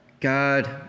God